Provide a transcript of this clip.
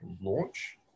launch